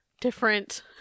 different